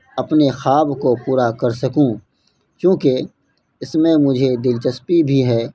اپنے خواب کو پورا کر سکوں کیوںکہ اس میں مجھے دلچسپی بھی ہے